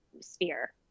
sphere